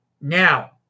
Now